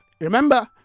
Remember